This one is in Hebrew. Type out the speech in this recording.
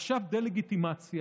ועכשיו לדה-לגיטימציה,